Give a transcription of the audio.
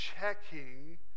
checking